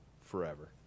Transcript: forever